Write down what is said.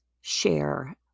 share